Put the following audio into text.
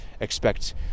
expect